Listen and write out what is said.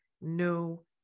no